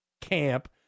camp